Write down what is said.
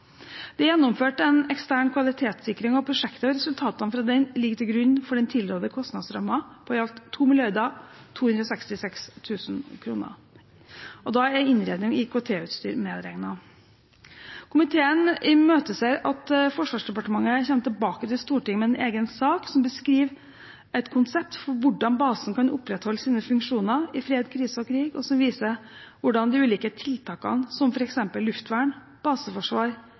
Det er gjennomført en ekstern kvalitetssikring av prosjektet, og resultatene av den ligger til grunn for den tilrådde kostnadsrammen på i alt 2 266 mill. kr. Da er innredning og IKT-utstyr medregnet. Komiteen imøteser at Forsvarsdepartementet kommer tilbake til Stortinget med en egen sak som beskriver et konsept for hvordan basen kan opprettholde sine funksjoner i fred, krise og krig, og som viser hvordan de ulike tiltakene, som f.eks. luftvern, baseforsvar,